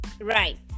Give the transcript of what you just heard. Right